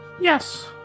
Yes